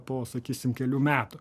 po sakysim kelių metų